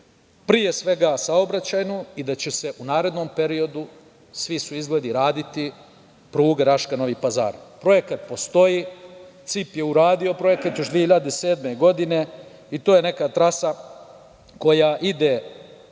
pre svega saobraćajnu, i da će se u narednom periodu, svi su izgledi, raditi pruga Raška – Novi Pazar. Projekat postoji, CIP je uradio projekat još 2007. godine, i to je neka trasa koja ide sa